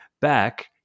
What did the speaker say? back